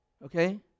Okay